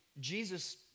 Jesus